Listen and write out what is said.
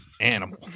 animal